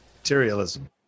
Materialism